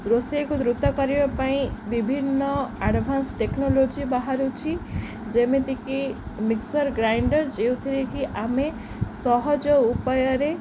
ରୋଷେଇକୁ ଦ୍ରୁତ କରିବା ପାଇଁ ବିଭିନ୍ନ ଆଡ଼ଭାନ୍ସ ଟେକ୍ନୋଲୋଜି ବାହାରୁଛି ଯେମିତିକି ମିକ୍ସର ଗ୍ରାଇଣ୍ଡର ଯେଉଁଥିରେକି ଆମେ ସହଜ ଉପାୟରେ